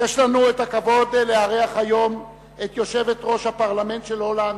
יש לנו הכבוד לארח היום את יושבת-ראש הפרלמנט של הולנד,